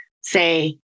say